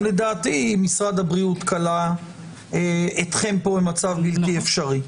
גם לדעתי משרד הבריאות כלא אתכם פה במצב בלתי אפשרי,